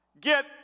get